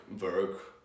work